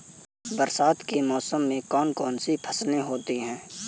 बरसात के मौसम में कौन कौन सी फसलें होती हैं?